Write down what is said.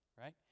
right